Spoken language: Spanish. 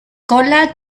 cola